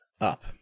up